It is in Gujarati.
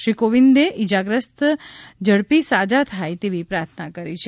શ્રી કોવિંદે ઇજાગ્રસ્તો ઝડપી સાજા થાય તેવી પ્રાર્થના કરી છે